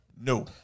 No